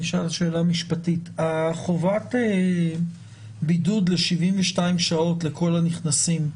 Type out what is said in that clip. אשאל שאלה משפטית: חובת בידוד ל-72 שעות לכל הנכנסים,